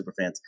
Superfans